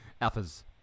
Alpha's